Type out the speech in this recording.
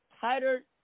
tighter